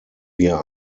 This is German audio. wir